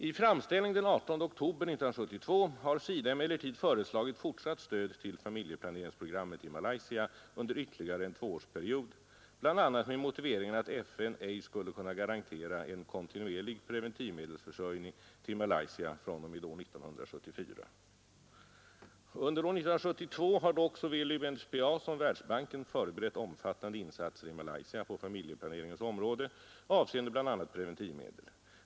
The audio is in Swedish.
I framställning den 18 oktober 1972 har SIDA emellertid föreslagit fortsatt stöd till familjeplaneringsprogrammet i Malaysia under ytterligare en tvåårsperiod bl.a. med motiveringen att FN ej skulle kunna garantera en kontinuerlig preventivmedelsförsörjning till Malaysia fr.o.m. år 1974. Under år 1972 har dock såväl UNFPA som Världsbanken förberett omfattande insatser i Malaysia på familjeplaneringens område, avseende bl.a. preventivmedel.